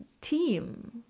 team